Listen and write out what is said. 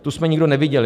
Tu jsme nikdo neviděli.